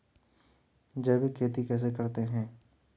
जैविक खेती कैसे करते हैं?